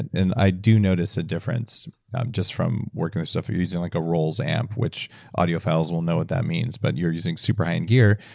and and i do notice a difference just from working with stuff, using like a rolls amp, which audio files will know what that means, but you're using super high end gear.